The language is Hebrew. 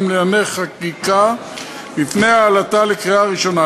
לענייני חקיקה לפני העלאתה לקריאה ראשונה.